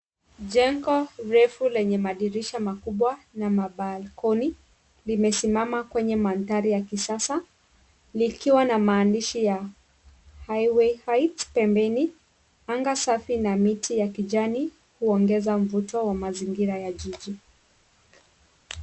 Jengo refu lenye madirisha makubwa na mabalkoni limesimama kwenye mandhari ya kisasa likiwa na maandishi ya Highway Heights pembeni. Anga safi na miti ya kijani huongeza mvuto wa mazingira ya jiji.